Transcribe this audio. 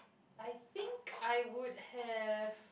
I think I would have